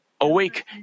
awake